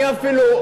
אני אפילו,